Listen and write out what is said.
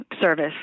service